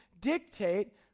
dictate